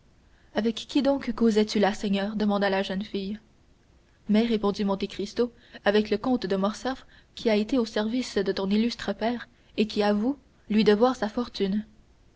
avec qui donc causais tu là seigneur demanda la jeune fille mais répondit monte cristo avec le comte de morcerf qui a été au service de ton illustre père et qui avoue lui devoir sa fortune